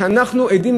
ואנחנו עדים,